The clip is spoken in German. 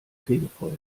fegefeuer